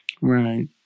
Right